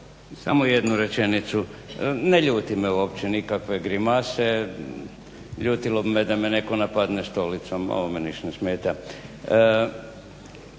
Samo jednu rečenicu. Ne ljuti me uopće nikakve grimase, ljutilo bi me da me netko napadne stolicom, ovo me ništa ne smeta.